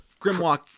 Grimlock